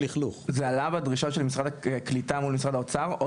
זה עלה בדרישות של משרד הקליטה מול משרד האוצר?